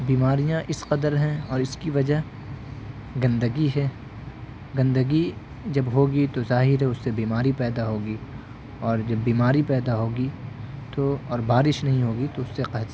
بیماریاں اس قدر ہیں اور اس کی وجہ گندگی ہے گندگی جب ہوگی تو ظاہر ہے اس سے بیماری پیدا ہوگی اور جب بیماری پیدا ہوگی تو اور بارش نہیں ہوگی تو اس سے قحط